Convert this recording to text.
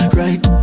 right